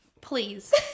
Please